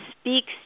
speaks